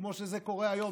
כמו שזה קורה היום,